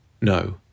No